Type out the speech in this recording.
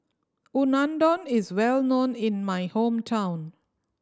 unadon is well known in my hometown